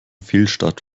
fehlstart